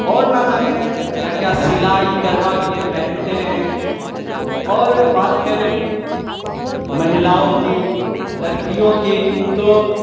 और न जाने क्या क्या सिलाई करवा कर पहनते हैं और बात करें महिलाओं की लड़कियों की तो